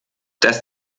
dass